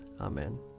Amen